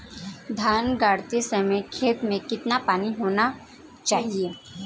धान गाड़ते समय खेत में कितना पानी होना चाहिए?